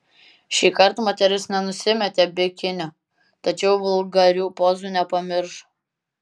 šįkart moteris nenusimetė bikinio tačiau vulgarių pozų nepamiršo